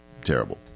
terrible